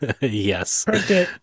yes